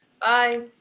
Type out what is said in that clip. bye